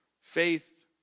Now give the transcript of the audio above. Faith